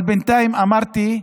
אבל בינתיים, אמרתי,